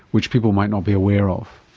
which people might not be aware of?